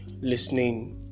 listening